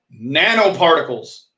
nanoparticles